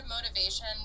motivation